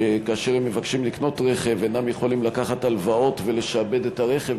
שכאשר הם מבקשים לקנות רכב הם אינם יכולים לקחת הלוואות ולשעבד את הרכב,